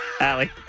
Allie